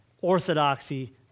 Orthodoxy